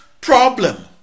problem